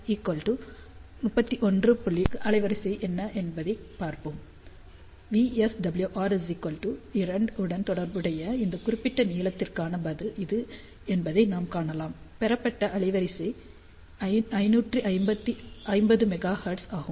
4 த்திற்கான அலைவரிசை என்ன என்பதைப் பார்ப்போம் VSWR 2 உடன் தொடர்புடைய இந்த குறிப்பிட்ட நீளத்திற்கான பதில் இது என்பதை நாம் காணலாம் பெறப்பட்ட அலைவரிசை 550 மெகா ஹெர்ட்ஸ் ஆகும்